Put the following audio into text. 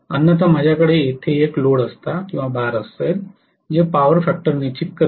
अन्यथा माझ्याकडे येथे एक भार असेल जे पॉवर फॅक्टर निश्चित करेल